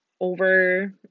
over